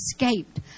escaped